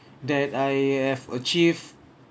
that I have achieve